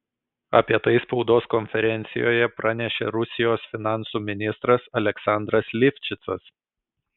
apie tai spaudos konferencijoje pranešė rusijos finansų ministras aleksandras livšicas